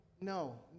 No